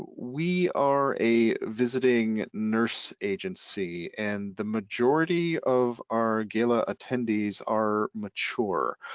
we are a visiting nurse agency and the majority of our gala attendees are mature.